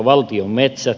valtion metsät